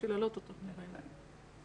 לא איתנו.